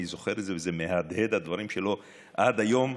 אני זוכר את זה והם מהדהדים, הדברים שלו, עד היום,